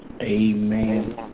Amen